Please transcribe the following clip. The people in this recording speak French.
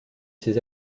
ces